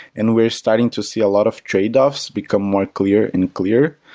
and we're starting to see a lot of tradeoffs become more clear and clear,